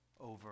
over